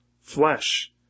flesh